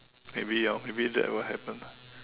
maybe ah maybe that would happen lah